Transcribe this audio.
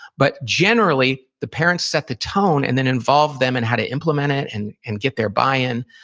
but generally, the parents set the tone, and then involve them in how to implement it, and and get their buy-in.